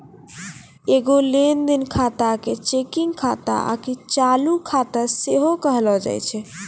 एगो लेन देन खाता के चेकिंग खाता आकि चालू खाता सेहो कहलो जाय छै